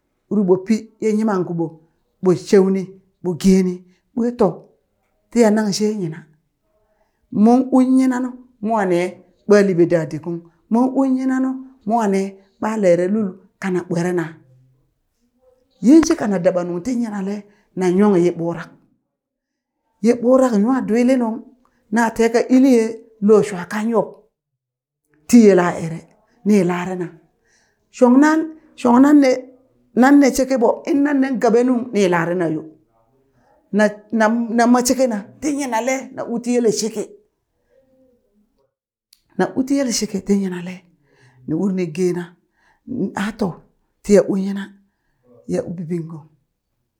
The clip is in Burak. Ur ɓo pi ye yimang kuɓo ɓo sheuni ɓo gee ni ɓwe to tiya nang she nyina, mon u nyinanu mwa ne ɓa liɓe da didi ung, mon ung nyina nu mwa ne ɓa lere lul kana ɓwere na, yin shika na dabanung ti nyinale na nyong ye ɓurak, ye ɓurak nwa dwili nung na teka iliye lo shua kan yub ti ela ere ni lare na, shong nan, shong nan ne nan ne sheke ɓo innan nen kaɓe nung ni lare yo, na na na ma sheke na ti nyinale na u ti yele sheke, na u ti yele sheke ti nyinale, ni uri ni gena a to tiya u nyina ya u bibiŋ gong.